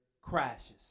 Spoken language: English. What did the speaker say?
crashes